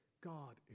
God